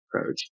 approach